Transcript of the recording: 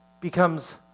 becomes